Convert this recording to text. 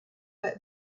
but